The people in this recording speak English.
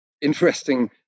interesting